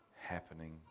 happening